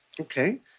Okay